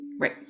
Right